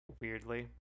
Weirdly